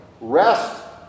rest